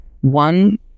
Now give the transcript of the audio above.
One